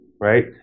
right